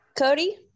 Cody